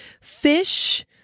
fish